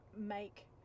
make